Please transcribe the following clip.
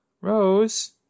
Rose